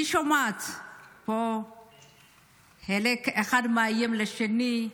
אני שומעת פה שחלק אחד מאיים על השני,